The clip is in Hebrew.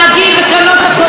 שאין שקיפות,